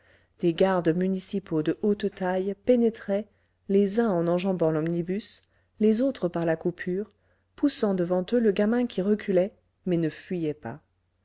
des gardes municipaux de haute taille pénétraient les uns en enjambant l'omnibus les autres par la coupure poussant devant eux le gamin qui reculait mais ne fuyait pas